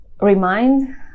remind